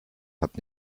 hat